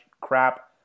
crap